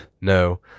No